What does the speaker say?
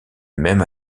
même